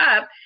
up